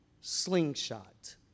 slingshot